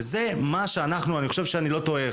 אני חושב שאני לא טועה,